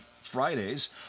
Fridays